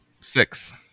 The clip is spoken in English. Six